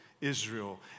Israel